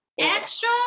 extra